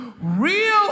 Real